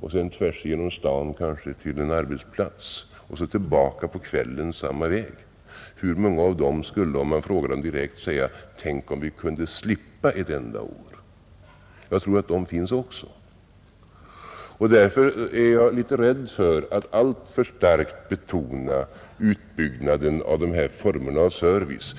och sedan far kanske tvärs igenom staden till en arbetsplats och tillbaka på kvällen samma väg, hur många av dem skulle om man frågade dem direkt säga: Tänk, om vi kunde slippa ett enda år! Jag tror att de finns också, och därför är jag litet rädd för att alltför starkt betona utbyggnaden av de här formerna av service.